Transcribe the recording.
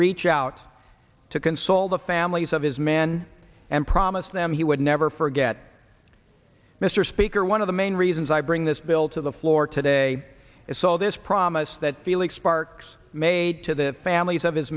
reach out to console the families of his men and promise them he would never forget mr speaker one of the main reasons i bring this bill to the floor today is so this promise that felix sparks made to the families of his